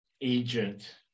agent